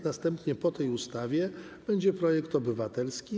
Następnie po tej ustawie będzie projekt obywatelski.